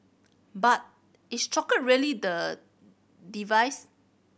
but is chocolate really the device